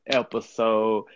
episode